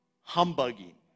humbugging